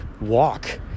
walk